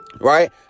right